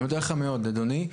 אני מודה לך מאוד, אדוני.